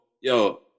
yo